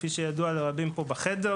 כפי שידוע לרבים פה בחדר,